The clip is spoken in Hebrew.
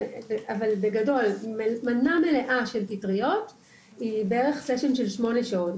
אבל בגדול מנה מלאה של פטריות היא בערך סשן של שמונה שעות,